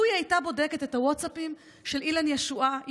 לו היא הייתה בודקת את הווטסאפים של אילן ישועה,